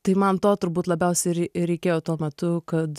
tai man to turbūt labiausiai ir ir reikėjo tuo metu kad